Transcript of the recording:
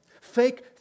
Fake